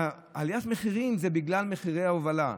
עליית המחירים זה בגלל מחירי ההובלה.